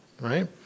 right